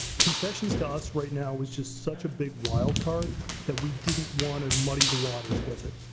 concessions to us right now was just such a big wild card that we didn't want to muddy the waters with it.